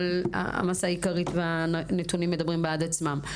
אבל המסה העיקרית והנתונים מדברים בעד עצמם.